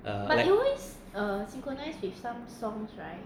uh like